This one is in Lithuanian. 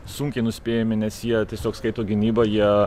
sunkiai nuspėjami nes jie tiesiog skaito gynybą jie